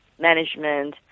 management